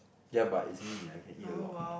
ya but it's me I can eat a lot